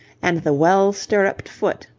and the well-stirruped foot,